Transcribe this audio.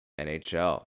NHL